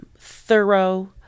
thorough